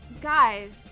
Guys